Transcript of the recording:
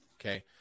Okay